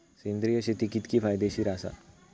सेंद्रिय शेती कितकी फायदेशीर आसा?